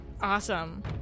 Awesome